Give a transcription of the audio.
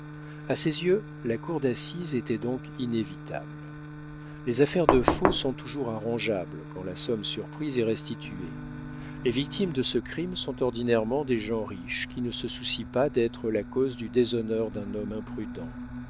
à ses yeux la cour d'assises était donc inévitable les affaires de faux sont toujours arrangeables quand la somme surprise est restituée les victimes de ce crime sont ordinairement des gens riches qui ne se soucient pas d'être la cause du déshonneur d'un homme imprudent